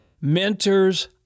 mentors